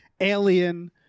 alien